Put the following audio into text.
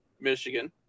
Michigan